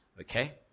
Okay